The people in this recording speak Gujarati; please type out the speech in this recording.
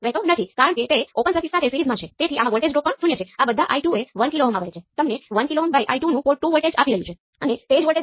હું જે બાબતને હાઇલાઇટ 2 એ જ છે કે તમે સમાન ક્વોન્ટિટિ માં મોટા હોઇ શકો છો પરંતુ ત્યાં વિવિધ પરિસ્થિતિઓ હેઠળ હશે